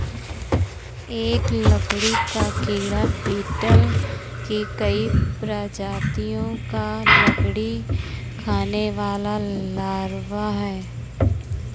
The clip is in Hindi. एक लकड़ी का कीड़ा बीटल की कई प्रजातियों का लकड़ी खाने वाला लार्वा है